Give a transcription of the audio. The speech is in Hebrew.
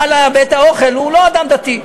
בעל בית-האוכל הוא לא אדם דתי,